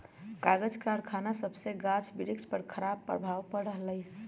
कागज करखना सभसे गाछ वृक्ष पर खराप प्रभाव पड़ रहल हइ